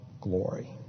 glory